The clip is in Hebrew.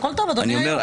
הכול טוב, אדוני היו"ר.